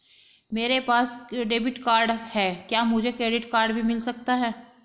मेरे पास debit card है क्या मुझे क्रेडिट कार्ड भी मिल सकता है?